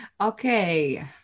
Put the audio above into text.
Okay